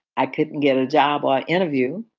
i couldn't get a job ah interview.